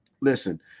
Listen